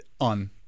on